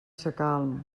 sacalm